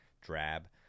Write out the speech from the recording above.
drab